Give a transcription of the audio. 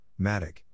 Matic